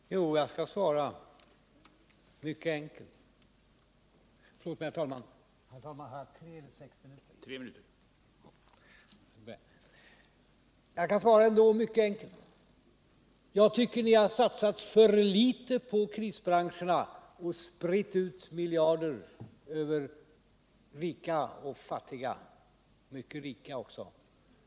Herr talman! Ja, jag skall svara mycket enkelt. För det första: Jag tycker att ni satsat för litet på krisbranscherna och spritt miljarder över rika och fattiga — också mycket rika — i onödan.